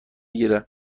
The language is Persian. گیره